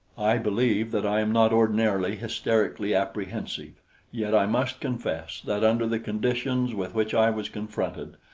i believe that i am not ordinarily hysterically apprehensive yet i must confess that under the conditions with which i was confronted,